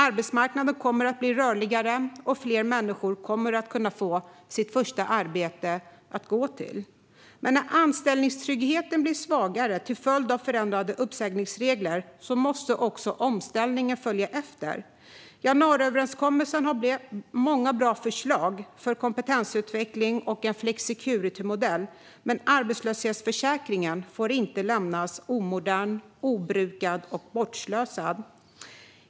Arbetsmarknaden kommer att bli rörligare, och fler människor kommer att kunna få ett första arbete att gå till. Men när anställningstryggheten blir svagare till följd av förändrade uppsägningsregler måste också omställningen följa efter. Januariöverenskommelsen har många bra förslag för kompetensutveckling och en flexicuritymodell, men arbetslöshetsförsäkringen får inte lämnas omodern, obrukad och bortslösad.